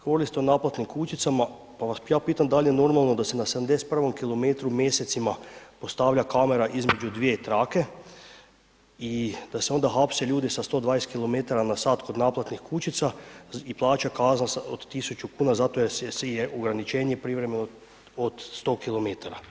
Govorili ste o naplatnim kućicama, pa vas ja pitam da li je normalno da se na 71 km mjesecima postavlja kamera između dvije trake i da se onda hapse ljudi sa 120 km/h kod naplatnih kućica i plaća kazna od 1.000 kuna zato jer si je ograničenje privremeno od 100 km.